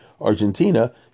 Argentina